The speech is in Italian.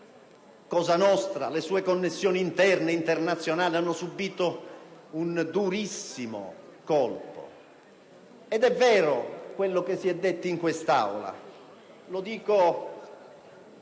Cosa nostra e le sue connessioni interne ed internazionali hanno subito un durissimo colpo. Ed è vero quello che è stato detto in quest'Aula, lo dico